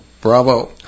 bravo